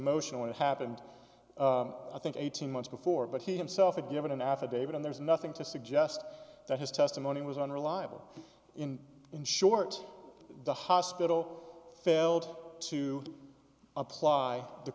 motion want to happened i think eighteen months before but he himself had given an affidavit and there's nothing to suggest that his testimony was unreliable in in short the hospital failed to apply the